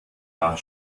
nach